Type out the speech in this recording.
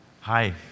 Hi